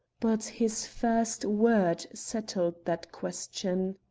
but his first word settled that question.